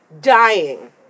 Dying